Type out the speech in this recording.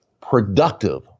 productive